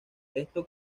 esto